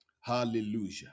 Hallelujah